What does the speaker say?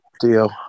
deal